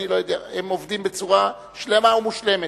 אבל הם עובדים בצורה שלמה ומושלמת.